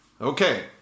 Okay